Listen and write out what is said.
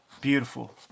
Beautiful